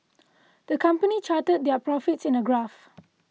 the company charted their profits in a graph